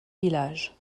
village